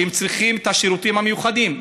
שהם צריכים את השירותים המיוחדים?